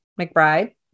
McBride